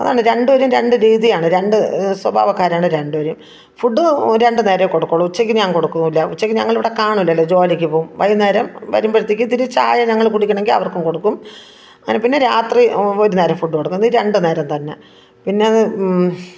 അതാണ് രണ്ട് പേരും രണ്ട് രീതിയാണ് രണ്ട് സ്വഭാവക്കാരാണ് രണ്ട് പേരും ഫുഡ് രണ്ട് നേരെ കൊടുക്കുകയുള്ളു ഉച്ചയ്ക്ക് ഞാൻ കൊടുക്കില്ല ഉച്ചയ്ക്ക് ഞങ്ങൾ ഇവിടെ കാണില്ലല്ലോ ജോലിക്ക് പോകും വൈകുന്നേരം വരുമ്പോഴത്തേക്ക് ഒത്തിരി ചായ ഞങ്ങൾ കുടിക്കണമെങ്കിൽ അവർക്കും കൊടുക്കും പിന്നെ രാത്രി ഒരു നേരം ഫുഡ് കൊടുക്കും ഈ രണ്ട് നേരം തന്നെ പിന്നെ